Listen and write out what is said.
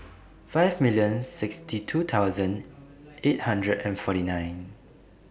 five million sixty two thousand eight hundred and forty nine